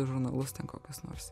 žurnalus ten kokius nors